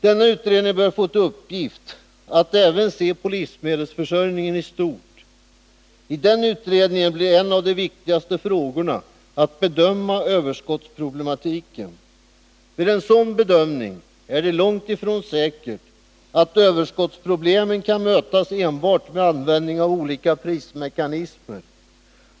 Denna utredning bör få till uppgift att även se på livsmedelsförsörjningen i stort. I denna utredning blir en av de viktigaste frågorna att bedöma överskottsproblematiken. Vid en sådan bedömning är det långt ifrån säkert att man kommer fram till att överskottsproblemen kan mötas enbart med användning av olika prismekanismer.